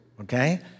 okay